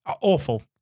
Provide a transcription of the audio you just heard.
Awful